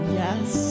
yes